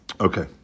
Okay